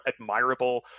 admirable